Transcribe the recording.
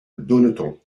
bonneton